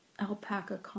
alpaca